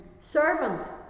servant